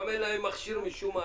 לגבי הנושא עצמו,